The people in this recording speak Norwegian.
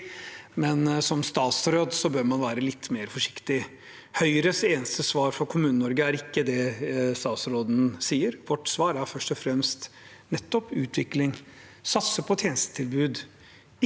Som statsråd bør man være litt mer forsiktig. Høyres eneste svar for Kommune-Norge er ikke det statsråden sier. Vårt svar er først og fremst utvikling og å satse på tjenestetilbud